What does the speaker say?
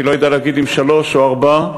ואני לא יודע להגיד אם שלוש או ארבע,